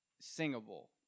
singable